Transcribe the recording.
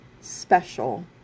special